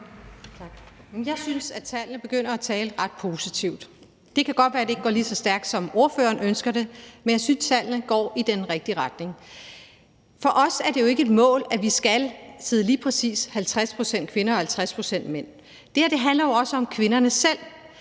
Jeg synes, at tallene begynder at se ret positive ud. Det kan godt være, at det ikke går lige så stærkt, som ordføreren ønsker det, men jeg synes, at tallene går i den rigtige retning. For os er det jo ikke et mål, at der skal sidde lige præcis 50 pct. kvinder og 50 pct. mænd. Det her handler jo også om kvinderne selv;